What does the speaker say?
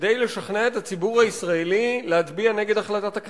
שבגלל קוצר הזמן אני לא יכול לפרט אותם,